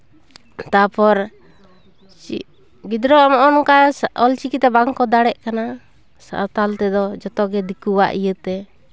ᱛᱟᱨᱯᱚᱨ ᱪᱮᱫ ᱜᱤᱫᱽᱨᱟᱹᱣᱟᱜ ᱦᱚᱸᱜᱼᱚ ᱱᱚᱝᱠᱟ ᱚᱞᱪᱤᱠᱤᱛᱮ ᱵᱟᱝᱠᱚ ᱫᱟᱲᱮᱭᱟᱜ ᱠᱟᱱᱟ ᱥᱟᱶᱛᱟᱞ ᱛᱮᱫᱚ ᱡᱚᱛᱚᱜᱮ ᱫᱤᱠᱩᱣᱟᱜ ᱤᱭᱟᱹᱛᱮ